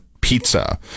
Pizza